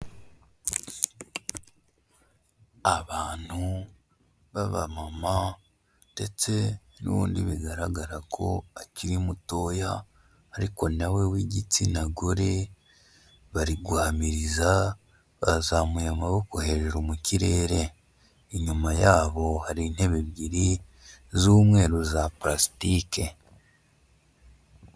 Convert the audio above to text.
Abantu b'abamama ndetse n'undi bigaragara ko akiri mutoya ariko na we w'igitsina gore, bari guhamiriza bazamuye amaboko hejuru mu kirere, inyuma yabo hari intebe ebyiri z'umweru za parasitike.